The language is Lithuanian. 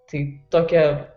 tai tokia